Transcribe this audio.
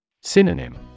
Synonym